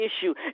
issue